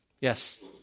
Yes